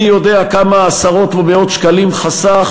חסך